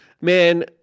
Man